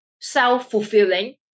self-fulfilling